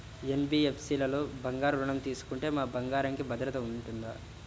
NBFC లలో బంగారు ఋణం తీసుకుంటే మా బంగారంకి భద్రత ఉంటుందా?